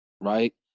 right